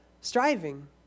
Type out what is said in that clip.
striving